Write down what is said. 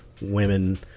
women